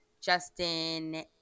Justin